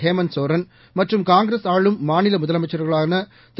ஹேமந்த் சோரன் மற்றும் ஷங்கிரஸ் ஆளும் மாநில முதலமைச்சர்களாக திரு